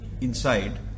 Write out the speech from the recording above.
inside